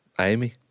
Amy